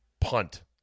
punt